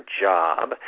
job